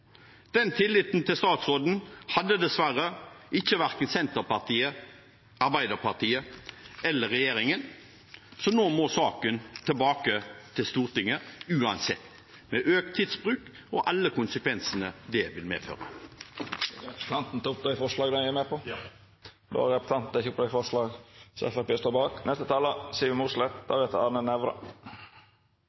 Den tilliten til statsråden har dessverre verken Senterpartiet, Arbeiderpartiet eller regjeringen, så nå må saken tilbake til Stortinget uansett, med økt tidsbruk og alle konsekvensene det vil ha. Jeg tar opp forslaget fra Fremskrittspartiet. Representanten Terje Halleland har teke opp det forslaget han